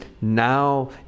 now